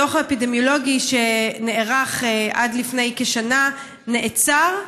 הדוח האפידמיולוגי שנערך עד לפני כשנה נעצר,